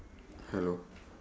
hello